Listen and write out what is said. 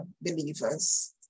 believers